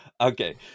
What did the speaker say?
okay